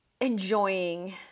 enjoying